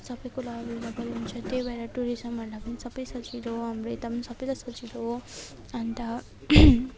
त्यो सबै कुराहरू एभाइलेभल हुन्छ त्यही भएर टुरिज्महरूलाई पनि सबै सजिलो हाम्रो यता पनि सबैलाई सजिलो अन्त